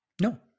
No